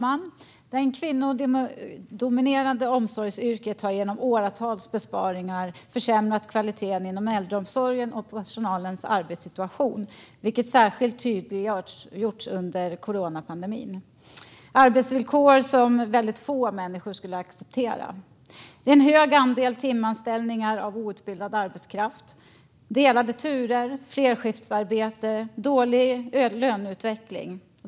Fru talman! Åratal av besparingar inom den kvinnodominerade äldreomsorgen har försämrat kvaliteten på omsorgen och personalens arbetssituation. Detta har särskilt tydliggjorts under coronapandemin. Det handlar om arbetsvillkor som väldigt få andra människor skulle acceptera med en hög andel timanställningar av outbildad arbetskraft, delade turer, flerskiftsarbete och dålig löneutveckling.